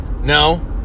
No